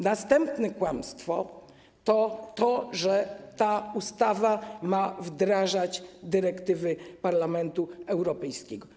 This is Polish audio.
Następne kłamstwo: ta ustawa ma wdrażać dyrektywy Parlamentu Europejskiego.